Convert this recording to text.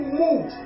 move